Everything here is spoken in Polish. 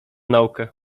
naukę